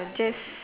just